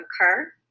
occur